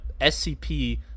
SCP